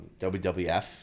WWF